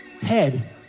head